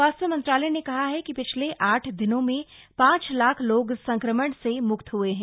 स्वास्थ्य मंत्रालय ने कहा है कि पिछले आठ दिनों में पांच लाख लोग संक्रमण से मुक्त हुए हैं